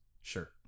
Sure